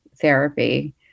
therapy